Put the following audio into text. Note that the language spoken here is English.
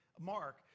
Mark